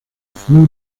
flew